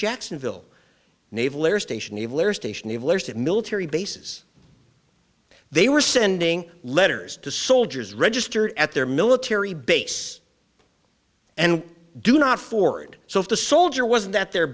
jacksonville naval air station naval air station have left at military bases they were sending letters to soldiers register at their military base and do not forward so if the soldier wasn't at their